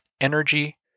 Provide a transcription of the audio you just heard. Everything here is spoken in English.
energy